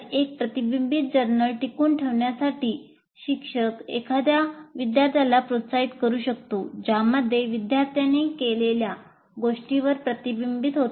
एक प्रतिबिंबित जर्नल टिकवून ठेवण्यासाठी शिक्षक एखाद्या विद्यार्थ्याला प्रोत्साहित करू शकतो ज्यामध्ये विद्यार्थ्यानी केलेल्या गोष्टींवर प्रतिबिंबित होते